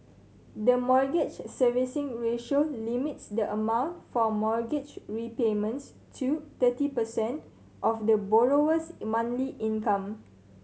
the Mortgage Servicing Ratio limits the amount for mortgage repayments to thirty percent of the borrower's monthly income